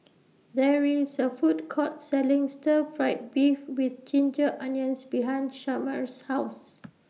There IS A Food Court Selling Stir Fried Beef with Ginger Onions behind Shemar's House